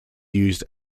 used